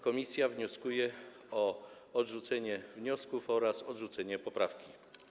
Komisja wnosi o odrzucenie wniosków oraz odrzucenie poprawki.